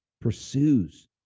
pursues